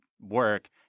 work